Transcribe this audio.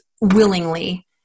willingly